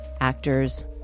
Actors